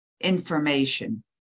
information